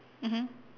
mmhmm